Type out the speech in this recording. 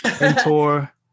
mentor